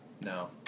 No